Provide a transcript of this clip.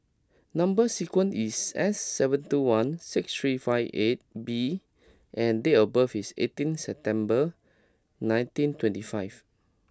number sequence is S seven two one six three five eight B and date of birth is eighteen September nineteen twenty five